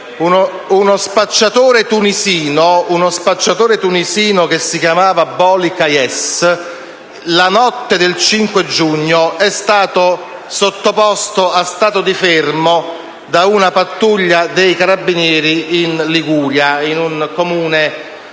Uno spacciatore tunisino, che si chiamava Bohli Kaies, la notte del 5 giugno è stato sottoposto allo stato di fermo da una pattuglia dei carabinieri in Liguria, nel Comune